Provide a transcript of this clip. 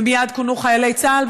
ומייד כונו חיילי צה"ל,